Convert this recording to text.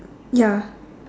ya